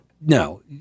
no